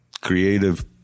creative